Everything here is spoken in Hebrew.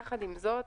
יחד עם זאת,